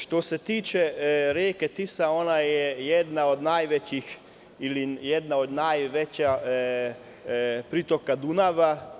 Što se tiče reke Tise, ona je jedna od najvećih ili jedna od najvećih pritoka Dunava.